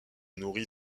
nourrit